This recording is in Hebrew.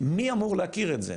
אז מי אמור להכיר את זה?